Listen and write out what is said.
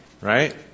right